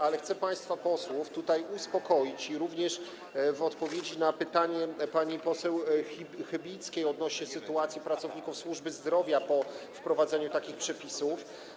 Ale chcę państwa posłów uspokoić, dotyczy to również odpowiedzi na pytanie pani poseł Chybickiej odnośnie do sytuacji pracowników służby zdrowia po wprowadzeniu takich przepisów.